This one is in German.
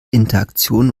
interaktion